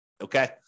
okay